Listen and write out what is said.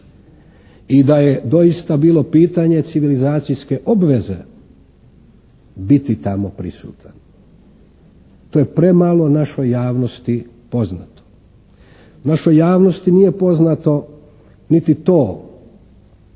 i da je doista bilo pitanje civilizacijske obveze biti tamo prisutan. To je premalo našoj javnosti poznato. Našoj javnosti nije poznato niti to,